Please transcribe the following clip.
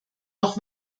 auch